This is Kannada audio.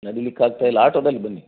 ನಡಿಲಿಕ್ಕೆ ಆಗ್ತಾ ಇಲ್ಲ ಆಟೋದಲ್ಲಿ ಬನ್ನಿ